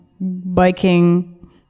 biking